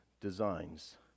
designs